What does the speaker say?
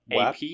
AP